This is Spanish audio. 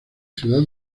ciudad